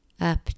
up